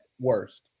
worst